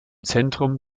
zentrum